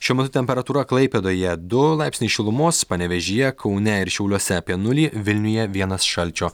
šiuo metu temperatūra klaipėdoje du laipsniai šilumos panevėžyje kaune ir šiauliuose apie nulį vilniuje vienas šalčio